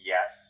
Yes